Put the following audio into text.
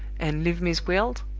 and leave miss gwilt!